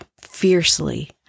fiercely